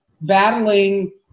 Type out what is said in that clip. battling